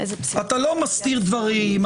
אתה לא מסתיר דברים,